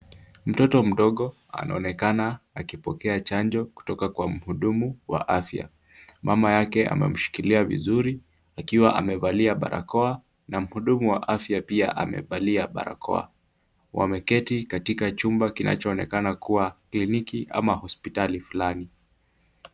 Mtoto mdogo anaonekana akipokea chanjo kutoka kwa mhudumu wa afya. Mama yake amemshikilia vizuri akiwa amevalia barakoa na mhudumu wa afya pia amevalia barakoa. Wameketi katika chumba kinachoonekana kuwa kliniki ama hospitali flani.